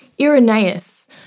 Irenaeus